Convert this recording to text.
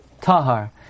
Tahar